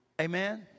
Amen